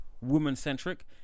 woman-centric